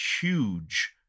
huge